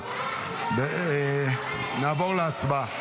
נעבור להצבעה.